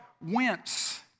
wince